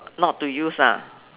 not to use ah